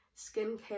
skincare